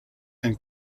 and